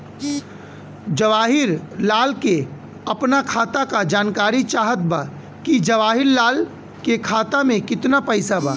जवाहिर लाल के अपना खाता का जानकारी चाहत बा की जवाहिर लाल के खाता में कितना पैसा बा?